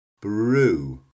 brew